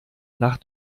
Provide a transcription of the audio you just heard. nach